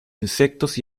insectos